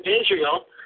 Israel